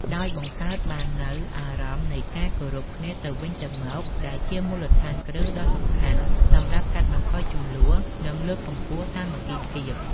ដោយបង្កើតបាននូវអារម្មណ៍នៃការគោរពគ្នាទៅវិញទៅមក ដែលជាមូលដ្ឋានគ្រឹះដ៏សំខាន់សម្រាប់កាត់បន្ថយជម្លោះ និងលើកកម្ពស់សាមគ្គីភាព។